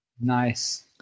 Nice